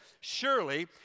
Surely